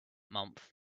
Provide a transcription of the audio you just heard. month